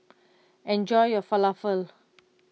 enjoy your Falafel